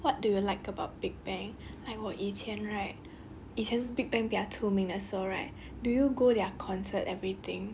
what do you like about big bang like 我以前 right 以前 big bang 比较出名的时候 right do you go their concert everything